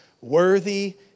Worthy